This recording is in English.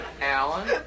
Alan